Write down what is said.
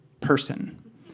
person